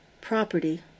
Property